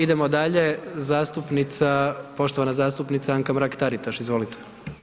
Idemo dalje, zastupnica, poštovana zastupnica Anka Mrak Taritaš, izvolite.